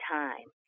time